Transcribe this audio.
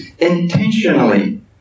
intentionally